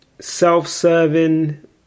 self-serving